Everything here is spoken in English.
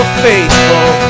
faithful